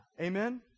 Amen